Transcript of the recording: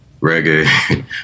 reggae